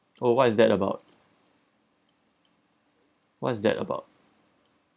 oh what is that about what's that about